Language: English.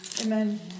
Amen